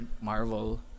Marvel